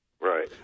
Right